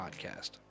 Podcast